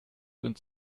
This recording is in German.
ins